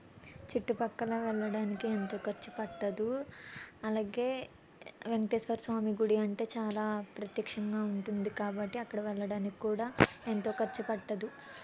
చుట్టుపక్కల వెళ్ళడానికి ఎంతో ఖర్చు పట్టదు అలాగే వెంకటేశ్వర స్వామి గుడి అంటే చాలా ప్రత్యక్షంగా ఉంటుంది కాబట్టి అక్కడ వెళ్ళడానికి కూడా ఎంతో ఖర్చు పట్టదు